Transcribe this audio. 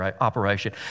operation